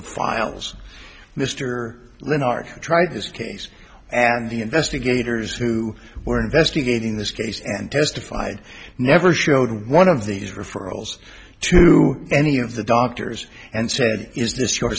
the files mr renard tried his case and the investigators who were investigating this case and testified never showed one of these referrals to any of the doctors and said is this your